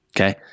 Okay